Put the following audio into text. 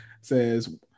Says